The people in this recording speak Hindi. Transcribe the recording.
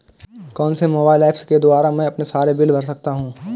कौनसे मोबाइल ऐप्स के द्वारा मैं अपने सारे बिल भर सकता हूं?